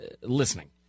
listening